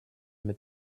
mit